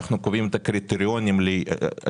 אנחנו קובעים את הקריטריונים לאישור.